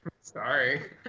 Sorry